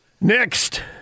Next